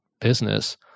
business